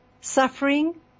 suffering